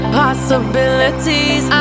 possibilities